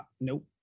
Nope